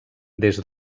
des